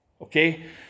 okay